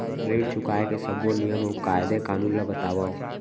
ऋण चुकाए के सब्बो नियम अऊ कायदे कानून ला बतावव